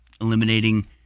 eliminating